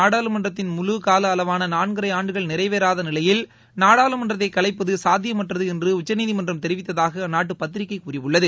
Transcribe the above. நாடாளுமன்றத்தின் முழு கால அளவான நான்கரை ஆண்டுகள் நிறைவேறாத நிலையில் நாடாளுமன்றத்தை கவைப்பது சாத்தியமற்றது என்று உச்சநீதிமன்றம் தெரிவித்ததாக அந்நாட்டு பத்திரிகை கூறியுள்ளது